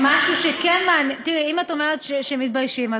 אם את אומרת שמתביישים,